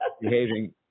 behaving